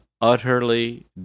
utterly